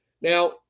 Now